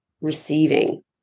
receiving